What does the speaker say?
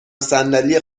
صندلی